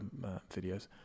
videos